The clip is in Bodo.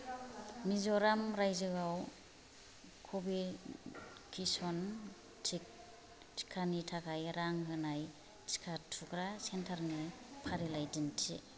मिज'राम रायजोआव क'भेक्सिन टिकानि थाखाय रां होनाय टिका थुग्रा सेन्टार नि फारिलाइ दिन्थि